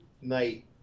night